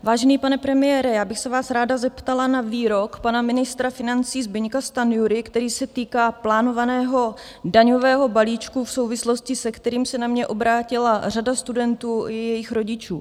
Vážený pane premiére, já bych se vás ráda zeptala na výrok pana ministra financí Zbyňka Stanjury, který se týká plánovaného daňového balíčku v souvislosti, se kterým se na mě obrátila řada studentů i jejich rodičů.